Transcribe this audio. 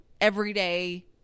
everyday